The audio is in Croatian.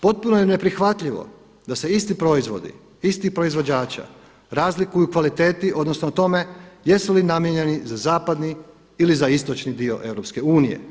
Potpuno je neprihvatljivo da se isti proizvodi, istih proizvođača razlikuju u kvaliteti odnosno u tome jesu li namijenjeni za zapadni ili za istočni dio EU.